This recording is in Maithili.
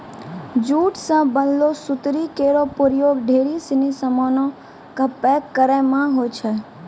जूट सें बनलो सुतरी केरो प्रयोग ढेरी सिनी सामानो क पैक करय म होय छै